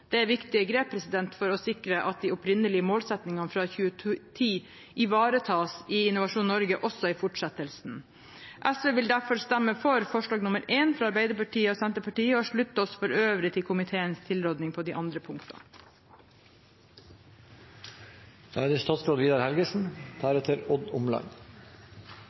Det er viktige grep for å sikre at de opprinnelige målsettingene fra 2010 ivaretas i Innovasjon Norge også i fortsettelsen. SV vil derfor stemme for forslag nr. 1, fra Arbeiderpartiet og Senterpartiet, og vi slutter oss til komiteens tilråding på de andre punktene. Vi er